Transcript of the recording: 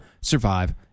survive